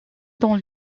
dans